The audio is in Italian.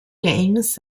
games